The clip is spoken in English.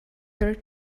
third